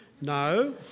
No